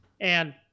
And-